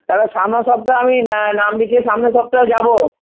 তাহলে সামনের সপ্তাহে আমি নাম লিখিয়ে সামনের সপ্তাহে যাবো